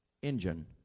engine